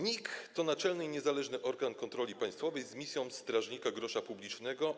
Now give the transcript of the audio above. NIK to naczelny i niezależny organ kontroli państwowej z misją strażnika grosza publicznego.